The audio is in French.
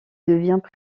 devient